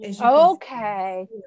Okay